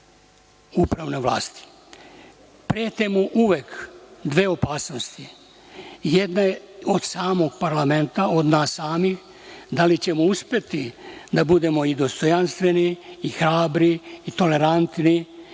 upravne vlasti. Prete mu uvek dve opasnosti. Jedna je od samog parlamenta, od nas samih, da li ćemo uspeti da budemo i dostojanstveni i hrabri i tolerantni